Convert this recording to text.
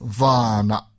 vana